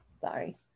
sorry